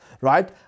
right